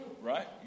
Right